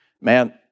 Man